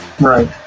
Right